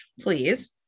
please